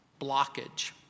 blockage